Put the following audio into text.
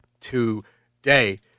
today